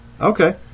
Okay